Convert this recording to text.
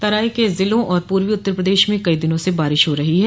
तराई के जिलों और पूर्वी उत्तर प्रदेश में कई दिनों से बारिश हो रही है